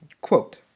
Quote